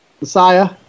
Messiah